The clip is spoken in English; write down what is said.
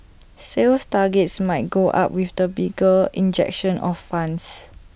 sales targets might go up with the bigger injection of funds